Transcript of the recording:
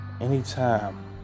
Anytime